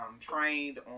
trained